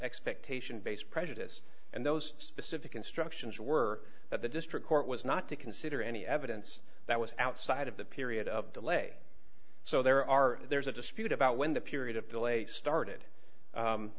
expectation based prejudice and those specific instructions were that the district court was not to consider any evidence that was outside of the period of delay so there are there's a dispute about when the period of delay started